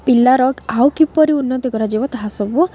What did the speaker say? ପିଲାର ଆଉ କିପରି ଉନ୍ନତି କରାଯିବ ତାହା ସବୁ